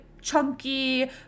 chunky